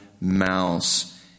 mouse